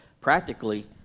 practically